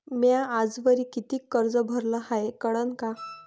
म्या आजवरी कितीक कर्ज भरलं हाय कळन का?